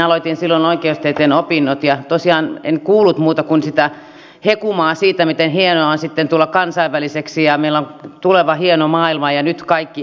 aloitin silloin oikeustieteen opinnot ja tosiaan en kuullut muuta kuin sitä hekumaa siitä miten hienoa on sitten tulla kansainväliseksi ja että meillä on tuleva hieno maailma ja nyt kaikki euhun